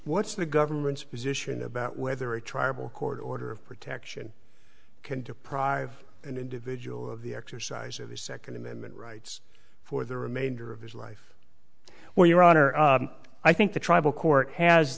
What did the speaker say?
what's the government's position about whether a tribal court order of protection can deprive an individual of the exercise of his second amendment rights for the remainder of his life well your honor i think the tribal court has